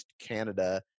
canada